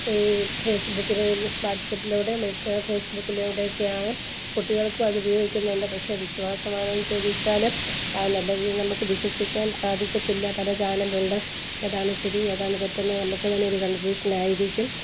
ഫേസ്ബുക്കിലെയും വാട്സപ്പിലൂടെയും ഇൻസ്റ്റാ ഫേസ്ബുക്കിലൂടെയൊക്കെയാണ് കുട്ടികൾക്കും അത് ഉപയോഗിക്കുന്നുണ്ട് പക്ഷേ വിശ്വാസമാണോ എന്നു ചോദിച്ചാല് നല്ല രീതിയില് നമ്മള്ക്ക് വിശ്വസിക്കാൻ സാധിക്കത്തില്ല പല ചാനലുണ്ട് ഏതാണ് ശരി ഏതാണ് തെറ്റെന്ന് നമ്മള്ക്ക് തന്നെ ഒരു കൺഫ്യൂഷനായിരിക്കും